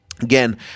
again